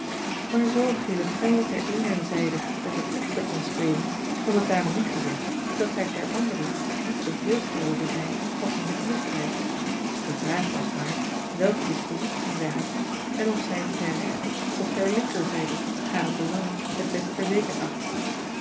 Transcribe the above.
maar zoo gele fij ter eenere zijde de verklikster kon spelen was het daarom niet gezegd dat zij ter andere niet de heelster wilde zijn van eenig misdrijf de vraag was maar welke dispositiën zij had en of zij ter rechter of ter linker zijde hare belangen het best verzekerd achtte